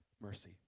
mercy